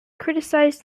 criticised